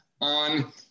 on